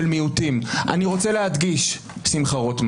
זה ממש לא מה שעשיתי, ואני אחדד למקרה שהיה ספק.